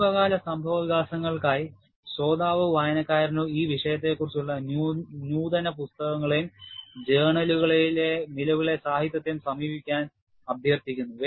സമീപകാല സംഭവവികാസങ്ങൾക്കായി ശ്രോതാവോ വായനക്കാരനോ ഈ വിഷയത്തെക്കുറിച്ചുള്ള നൂതന പുസ്തകങ്ങളെയും ജേണലുകളിലെ നിലവിലെ സാഹിത്യത്തെയും സമീപിക്കാൻ അഭ്യർത്ഥിക്കുന്നു